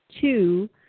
two